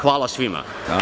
Hvala svima.